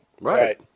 Right